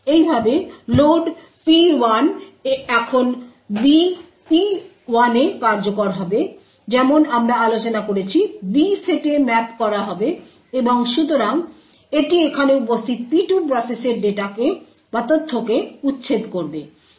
এইভাবে load P1 এখন B P1 এ কার্যকর হবে যেমন আমরা আলোচনা করেছি B সেটে ম্যাপ করা হবে এবং সুতরাং এটি এখানে উপস্থিত P2 প্রসেসের ডেটাকে উচ্ছেদ করবে